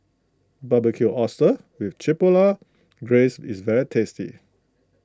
Barbecued Oysters with Chipotle Glaze is very tasty